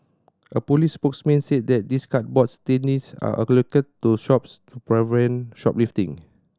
a police spokesman said these cardboard standees are allocated to shops to prevent shoplifting